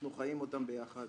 אנחנו חיים אותם ביחד.